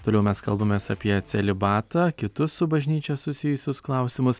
toliau mes kalbamės apie celibatą kitus su bažnyčia susijusius klausimus